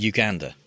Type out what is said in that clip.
Uganda